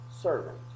servant